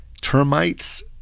Termites